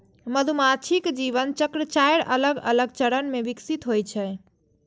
मधुमाछीक जीवन चक्र चारि अलग अलग चरण मे विकसित होइ छै